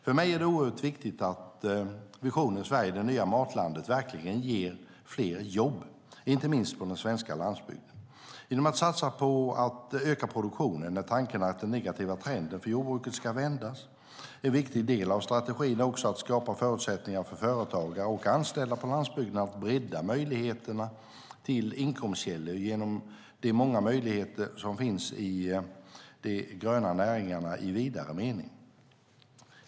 För mig är det oerhört viktigt att visionen Sverige - det nya matlandet verkligen ger fler jobb, inte minst på den svenska landsbygden. Genom att satsa på att öka produktionen är tanken att den negativa trenden för jordbruket ska vändas. En viktig del av strategin är också att skapa förutsättningar för företagare och anställda på landsbygden att bredda möjligheterna till inkomstkällor genom de många möjligheter som finns i de gröna näringarna i vidare mening.